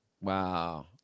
wow